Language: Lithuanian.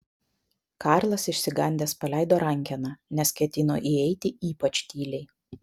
karlas išsigandęs paleido rankeną nes ketino įeiti ypač tyliai